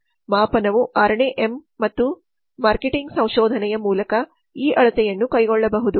ಮಾಪನವು 6 ನೇ ಎಂ ಮತ್ತು ಮಾರ್ಕೆಟಿಂಗ್ ಸಂಶೋಧನೆಯ ಮೂಲಕ ಈ ಅಳತೆಯನ್ನು ಕೈಗೊಳ್ಳಬಹುದು